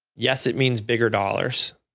yes, it means bigger dollars,